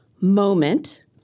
moment